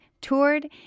toured